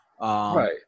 Right